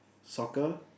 soccer